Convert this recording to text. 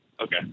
Okay